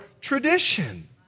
tradition